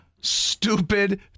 stupid